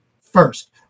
first